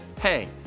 hey